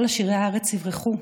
כל עשירי הארץ יברחו,